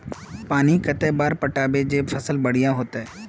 पानी कते बार पटाबे जे फसल बढ़िया होते?